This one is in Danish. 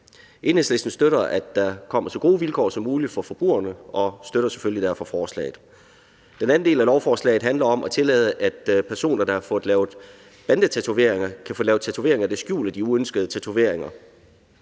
Enhedslisten støtter, at der kommer så gode vilkår som muligt for forbrugerne, og støtter selvfølgelig derfor forslaget. Den anden del af lovforslaget handler om at tillade, at personer, der har fået lavet bandetatoveringer, kan få lavet tatoveringer, der skjuler de uønskede tatoveringer,